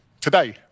Today